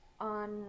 on